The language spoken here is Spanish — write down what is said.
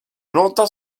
nota